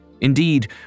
Indeed